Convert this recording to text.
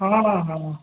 हाँ हाँ